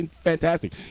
fantastic